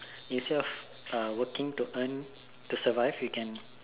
instead of uh working to earn to survive you can